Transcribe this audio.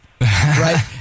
right